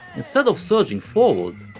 instead of surging forward,